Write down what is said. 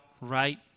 right